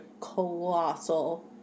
colossal